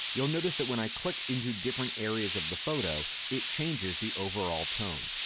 you'll notice that when i click into different areas of the photo, it changes the overall tone.